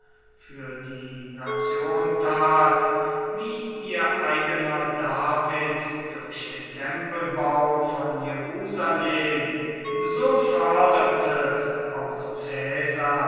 für die nation tat wie ihr eigener david durch den tempelbau von jerusalem so förderte auch